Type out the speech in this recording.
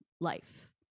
life